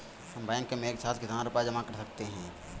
हम बैंक में एक साथ कितना रुपया जमा कर सकते हैं?